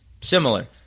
similar